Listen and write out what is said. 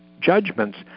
judgments